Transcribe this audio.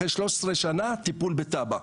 אחרי 13 שנה טיפול בתב"ע.